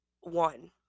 one